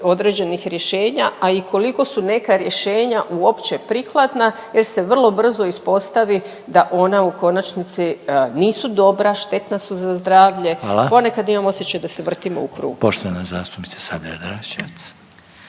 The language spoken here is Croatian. određenih rješenja, a i koliko su neka rješenja uopće prikladna jer se vrlo brzo uspostavi da ona u konačnici nisu dobra, štetna su za zdravlje … …/Upadica Željko Reiner: Hvala./… … ponekad imam osjećaj da se vrtimo u krug. **Reiner, Željko